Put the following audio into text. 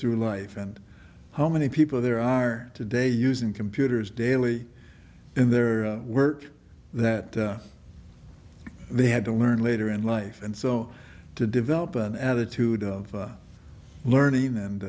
through life and how many people there are today using computers daily in their work that they had to learn later in life and so to develop an attitude of learning and